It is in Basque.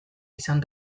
izan